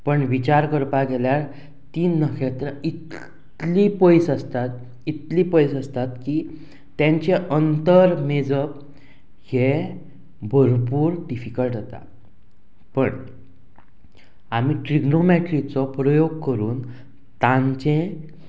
पण विचार करपा गेल्यार तीं नखेत्रां इतलीं पयस आसतात इतलीं पयस आसतात की तेंचे अंतर मेजप हें भरपूर डिफिकल्ट जाता बट आमी ट्रिग्नोमेट्रीचो प्रयोग करून तांचें